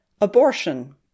Abortion